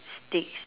sticks